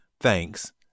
thanks